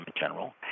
general